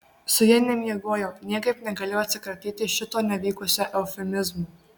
su ja nemiegojau niekaip negalėjau atsikratyti šito nevykusio eufemizmo